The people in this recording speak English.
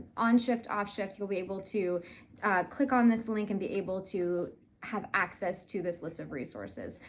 on shift off shift, you'll be able to click on this link and be able to have access to this list of resources.